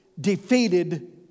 defeated